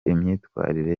imyitwarire